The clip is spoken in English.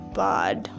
bad